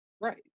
Right